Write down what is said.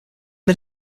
mid